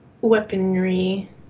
weaponry